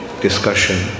discussion